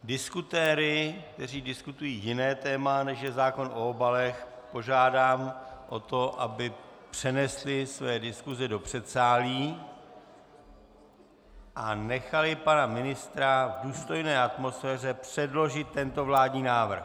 Diskutéry, kteří diskutují jiné téma, než je zákon o obalech, požádám o to, aby přenesli své diskuse do předsálí a nechali pana ministra v důstojné atmosféře předložit tento vládní návrh.